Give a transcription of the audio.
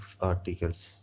articles